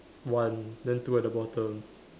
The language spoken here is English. one then two at the bottom